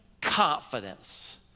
confidence